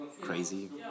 crazy